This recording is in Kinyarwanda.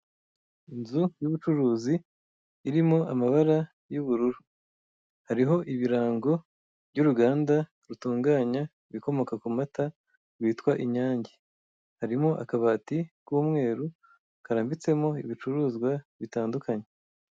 inzu y'ubucuruzi irimo amabara y'ubururu, hariho ibirango by'uruganda rutunganya ibikomoka ku mata rwitwa Inyange, harimo akabati k'umweru karambitsemo ibicuruzwa bitandukanye.